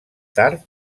tard